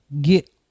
get